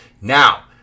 Now